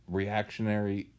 reactionary